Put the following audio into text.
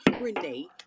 Renee